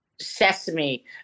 Sesame